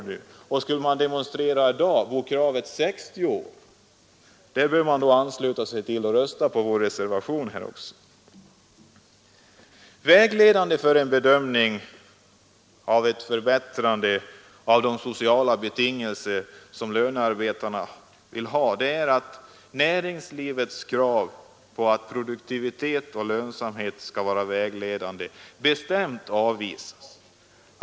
Skulle man i dag demonstrera vore kravet pensionering vid 60 år, borde man väl ansluta sig till vår reservation. Vägledande vid bedömningen av ett förbättrande av de sociala betingelser som lönearbetarna vill ha är att näringslivets krav på att produktivitet och lönsamhet skall vara vägledande bestämt avvisas.